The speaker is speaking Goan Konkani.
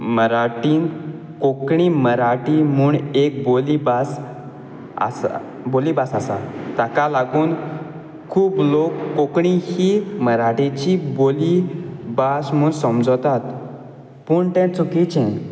मराठींत कोंकणी मराठी म्हूण एक बोली भास आसा बोली भास आसा ताका लागून खूब लोक कोंकणी ही मराठीची बोली भास म्हूण समजतात पूण तें चुकिचें